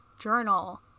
journal